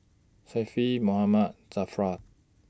Syafiq Muhammad Zafran